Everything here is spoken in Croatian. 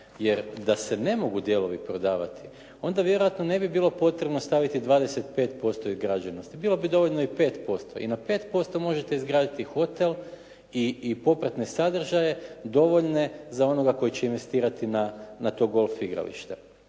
jer da se ne mogu dijelovi prodavati onda vjerojatno ne bi bilo potrebno staviti 25% izgrađenosti. Bilo bi dovoljno i 5%. I na 5% možete izgraditi hotel i popratne sadržaje dovoljne za onoga koji će investirati na to golf igralište.